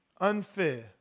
Unfair